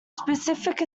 specific